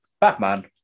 Batman